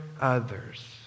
others